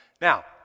Now